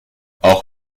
auch